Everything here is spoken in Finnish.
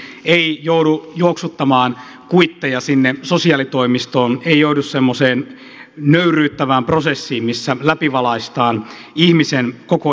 ei joudu juoksuttamaan kuitteja sinne sosiaalitoimistoon ei joudu semmoiseen nöyryyttävään prosessiin missä läpivalaistaan ihmisen koko elämä